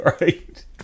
right